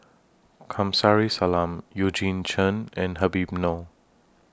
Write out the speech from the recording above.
Kamsari Salam Eugene Chen and Habib Noh